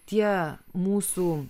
tie mūsų